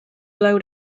load